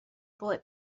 bullet